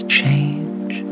change